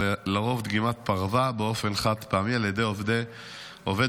לרוב דגימת פרווה באופן חד-פעמי על ידי עובד